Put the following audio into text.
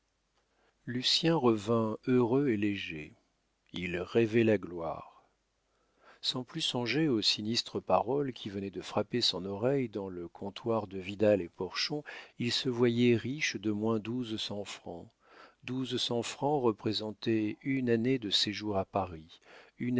lucien revint heureux et léger il rêvait la gloire sans plus songer aux sinistres paroles qui venaient de frapper son oreille dans le comptoir de vidal et porchon il se voyait riche d'au moins douze cents francs douze cents francs représentaient une année de séjour à paris